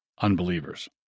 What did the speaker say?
unbelievers